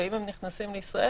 ואם הם נכנסים לישראל,